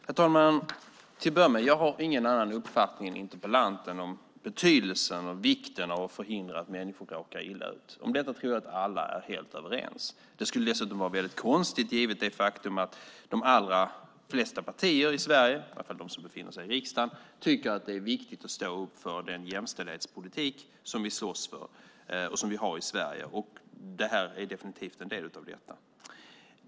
Herr talman! Jag har ingen annan uppfattning än interpellanten om betydelsen och vikten av att förhindra att människor råkar illa ut. Om detta tror jag att alla är helt överens. Det skulle vara konstigt annars givet det faktum att de allra flesta partier i Sverige - i alla fall de som befinner sig i riksdagen - tycker att det är viktigt att stå upp för den jämställdhetspolitik som vi slåss för och som vi har i Sverige. Det här är definitivt en del av det.